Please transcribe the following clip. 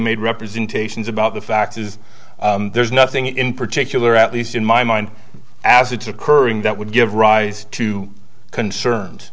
made representations about the fact is there's nothing in particular at least in my mind as it's occurring that would give rise to concerned